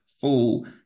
full